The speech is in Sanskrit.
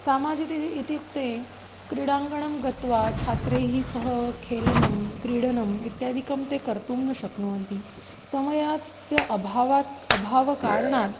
सामाजिकः इत्युक्ते क्रीडाङ्गणं गत्वा छात्रैः सह खेलनं क्रीडनम् इत्यादिकं ते कर्तुं न शक्नुवन्ति समयस्य अभावात् अभावकारणात्